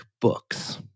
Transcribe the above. books